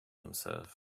himself